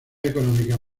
económicas